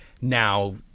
now